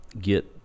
get